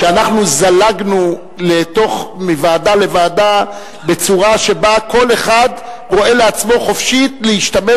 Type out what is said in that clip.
שאנחנו זלגנו מוועדה לוועדה בצורה שבה שכל אחד רואה עצמו חופשי להשתמש